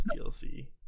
DLC